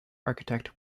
architect